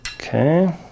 Okay